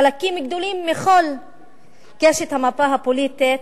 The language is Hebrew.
חלקים גדולים מכל קשת המפה הפוליטית,